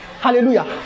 Hallelujah